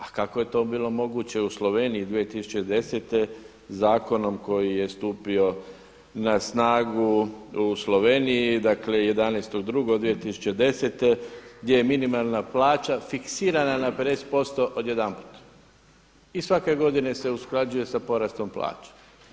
A kako je to bilo moguće u Sloveniji 2010. zakonom koji je stupio na snagu u Sloveniji, dakle 11.2.2010. gdje je minimalna plaća fiksirana na 50% odjedanput i svake godine se usklađuje sa porastom plaća.